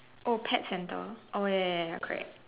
oh pet center oh ya ya ya correct